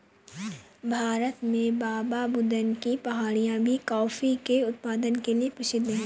भारत में बाबाबुदन की पहाड़ियां भी कॉफी के उत्पादन के लिए प्रसिद्ध है